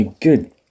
good